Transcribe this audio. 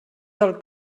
del